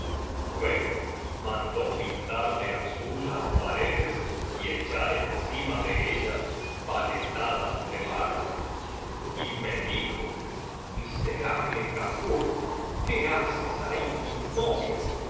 luego mandó pintar de azul las paredes y echar encima de ellas paletadas de barro y me elijo miserable kafur qué haces ahí inmóvil